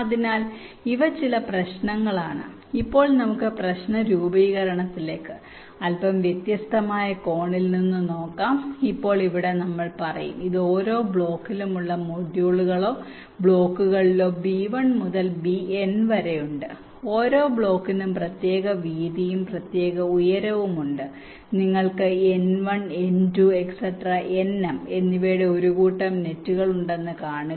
അതിനാൽ ഇവ ചില പ്രശ്നങ്ങളാണ് ഇപ്പോൾ നമുക്ക് പ്രശ്ന രൂപീകരണത്തിലേക്ക് അല്പം വ്യത്യസ്തമായ കോണിൽ നിന്ന് നോക്കാം ഇപ്പോൾ ഇവിടെ നമ്മൾ പറയും ഇത് ഓരോ ബ്ലോക്കിലും ഉള്ള മൊഡ്യൂളുകളിലോ ബ്ലോക്കുകളിലോ B1 മുതൽ Bn വരെ ഉണ്ട് ഓരോ ബ്ലോക്കിനും പ്രത്യേക വീതിയും പ്രത്യേക ഉയരവും ഉണ്ട് നിങ്ങൾക്ക് N1 N2 Nm എന്നിവയുടെ ഒരു കൂട്ടം നെറ്റുകൾ കാണുക